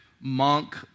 monk